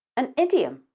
an idiom?